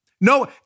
no